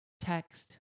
text